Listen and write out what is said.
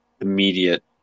immediate